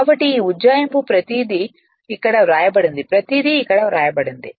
కాబట్టి ఈ ఉజ్జాయింపు ప్రతిదీ ఇక్కడ వ్రాయబడినది ప్రతిదీ ఇక్కడ వ్రాయబడింది